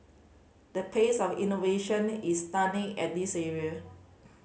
the pace of innovation is stunning at this area